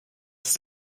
ist